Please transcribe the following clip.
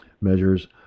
measures